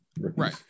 right